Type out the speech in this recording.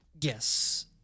Yes